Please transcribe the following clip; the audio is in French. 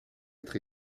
être